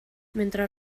mentre